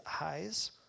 eyes